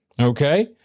Okay